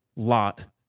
lot